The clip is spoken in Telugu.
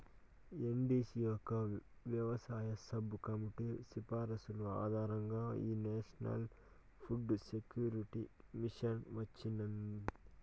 ఎన్.డీ.సీ యొక్క వ్యవసాయ సబ్ కమిటీ సిఫార్సుల ఆధారంగా ఈ నేషనల్ ఫుడ్ సెక్యూరిటీ మిషన్ వచ్చిందన్న